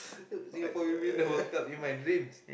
Singapore will win the World-Cup in my dreams